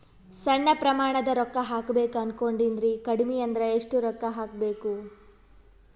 ಸಣ್ಣ ಪ್ರಮಾಣದ ರೊಕ್ಕ ಹಾಕಬೇಕು ಅನಕೊಂಡಿನ್ರಿ ಕಡಿಮಿ ಅಂದ್ರ ಎಷ್ಟ ಹಾಕಬೇಕು?